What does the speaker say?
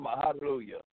Hallelujah